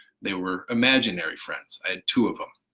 they were imaginary friends i had two of them,